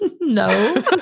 No